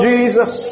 Jesus